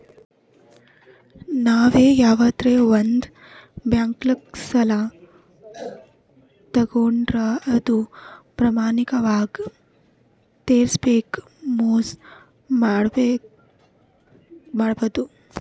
ನಾವ್ ಯವಾದ್ರೆ ಒಂದ್ ಬ್ಯಾಂಕ್ದಾಗ್ ಸಾಲ ತಗೋಂಡ್ರ್ ಅದು ಪ್ರಾಮಾಣಿಕವಾಗ್ ತಿರ್ಸ್ಬೇಕ್ ಮೋಸ್ ಮಾಡ್ಬಾರ್ದು